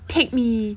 take me